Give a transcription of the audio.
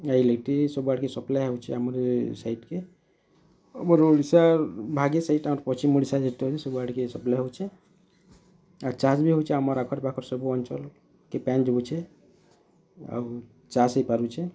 ଆଉ ଇଲେକ୍ଟ୍ରି ସବୁଆଡ଼େ ସପ୍ଲାଏ ହଉଛେ ଆମର୍ ଏ ସାଇଟ୍ କେ ଆମର୍ ଓଡ଼ିଶାର୍ ଭାଗ୍ୟ ସେଇଟା ଆର ପଶ୍ଚିମ୍ ଓଡ଼ିଶା ଯେତେ ଅଛି ସବୁ ଆଡ଼ିକେ ସପ୍ଲାଏ ହଉଛେ ଆର୍ ଚାଷ୍ ବି ହଉଛେ ଆମର୍ ଆଖର୍ ପାଖର୍ ସବୁ ଅଞ୍ଚଲ୍ କି ପାନ୍ ଯୋଗଉଛେ ଆଉ ଚାଷ୍ ହେଇ ପାରୁଛେ